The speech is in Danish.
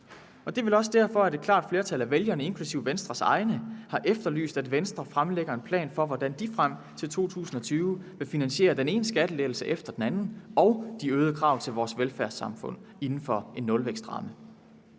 Det er vel også derfor, at et klart flertal af vælgerne, inklusive Venstres egne, har efterlyst, at Venstre fremlægger en plan for, hvordan man frem til 2020 vil finansiere den ene skattelettelse efter den anden og de øgede krav til vores velfærdssamfund inden for en nulvækstramme.